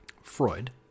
Freud